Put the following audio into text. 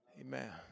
Amen